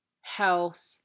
health